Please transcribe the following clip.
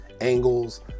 angles